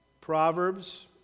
Proverbs